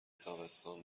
تابستان